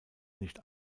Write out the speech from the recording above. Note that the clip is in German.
nicht